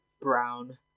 Brown